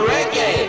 Reggae